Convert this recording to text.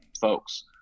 folks